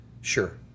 Sure